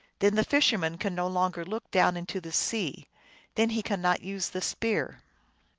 then the fisherman can no longer look down into the sea then he cannot use the spear.